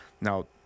Now